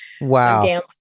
wow